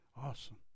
Awesome